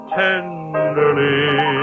tenderly